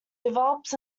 develops